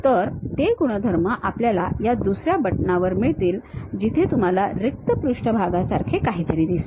तर ते गुणधर्म आपल्याला या दुस या बटणावर मिळतील जिथे तुम्हाला रिक्त पृष्ठासारखे चिन्ह दिसेल